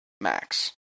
Max